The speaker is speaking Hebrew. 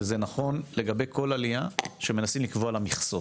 וזה נכון לכל עלייה שמנסים לקבוע לה מכסות: